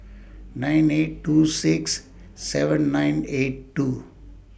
nine eight two six seven nine eight two